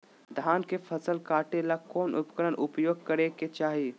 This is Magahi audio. धान के फसल काटे ला कौन उपकरण उपयोग करे के चाही?